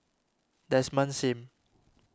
Desmond Sim